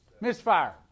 Misfire